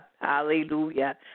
hallelujah